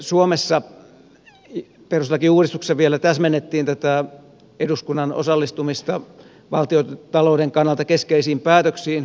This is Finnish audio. suomessa perustuslakiuudistuksessa vielä täsmennettiin tätä eduskunnan osallistumista valtiontalouden kannalta keskeisiin päätöksiin